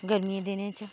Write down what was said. गर्मी दे दिनें च